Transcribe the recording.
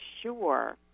sure